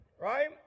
Right